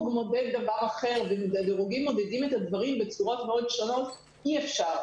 מודד דבר אחר ודירוגים מודדים את הדברים בצורות מאוד שונות אי אפשר,